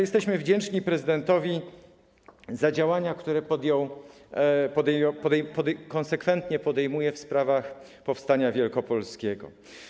Jesteśmy wdzięczni prezydentowi za działania, które konsekwentnie podejmuje w sprawach powstania wielkopolskiego.